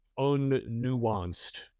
un-nuanced